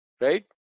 right